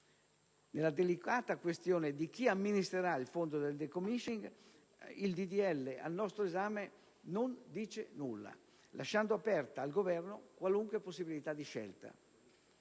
Sulla delicata questione di chi amministrerà il fondo per il *decommissioning* il disegno di legge al nostro esame non dice nulla, lasciando aperta al Governo qualunque possibilità di scelta.